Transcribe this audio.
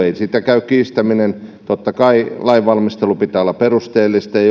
ei sitä käy kiistäminen totta kai lainvalmistelun pitää olla perusteellista ja